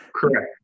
Correct